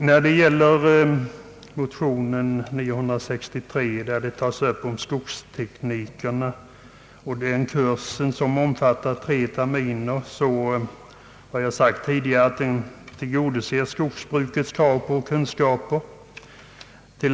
Vad sedan gäller förslaget i motion 11: 963 att utbildningstiden för skogstekniker bör göras tvåårig har jag redan anfört att den nu föreslagna kursen på tre terminer torde tillgodose skogsbrukets krav på kunskaper.